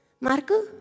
Marco